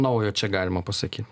naujo čia galima pasakyt